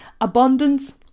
Abundance